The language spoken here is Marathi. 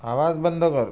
आवाज बंद कर